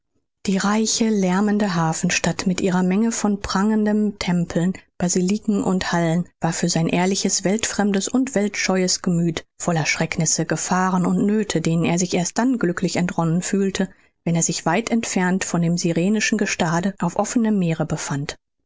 die reiche lärmende hafenstadt mit ihrer menge von prangenden tempeln basiliken und hallen war für sein ehrliches weltfremdes und weltscheues gemüth voller schrecknisse gefahren und nöthe denen er sich erst dann glücklich entronnen fühlte wenn er sich weit entfernt von dem sirenischen gestade auf offenem meere befand